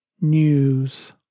news